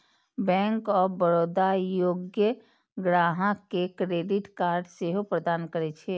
bank of Baroda योग्य ग्राहक कें क्रेडिट कार्ड सेहो प्रदान करै छै